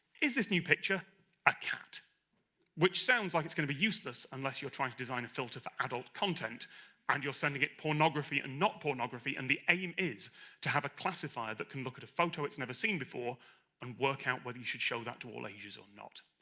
is this new picture a cat which sounds like it's gonna be useless unless you're trying to design a filter for adult content and you're sending it pornography and not-pornography and the aim is to have a classifier that can look at a photo it's never seen before and work out whether you should show that to all ages or not.